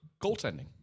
goaltending